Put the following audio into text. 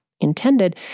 intended